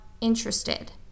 interested